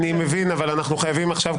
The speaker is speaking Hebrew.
אני מבין אבל אנחנו חייבים עכשיו,